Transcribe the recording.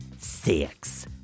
six